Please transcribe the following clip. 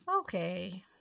Okay